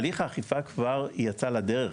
הליך האכיפה כבר יצא לדרך,